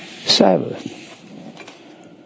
sabbath